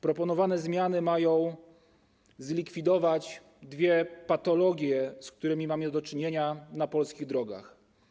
Proponowane zmiany mają zlikwidować dwie patologie, z którymi mamy do czynienia na polskich drogach.